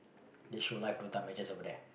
they show live Dota matches over there